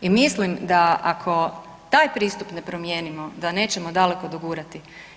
I mislim da ako taj pristup ne promijenimo, da nećemo daleko dogurati.